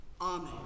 Amen